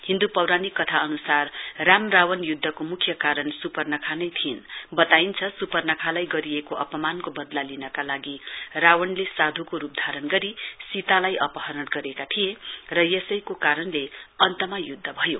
हिन्द् पौराणिक कथा अनुसार राम रावण युध्दको मुख्य कारण सुपर्णखानै थिइन वताइन्छ स्पर्णखालाई गरिएको अपमानको वदला लिनका लागि रावणले साधूको रुपधारण गरी सीतालाई अपहरण गरेका थिए र यसैको कारणले अन्तमा युध्द भयो